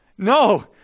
No